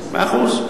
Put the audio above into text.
מאה אחוז.